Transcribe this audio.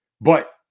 But-